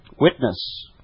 Witness